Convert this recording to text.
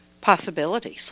possibilities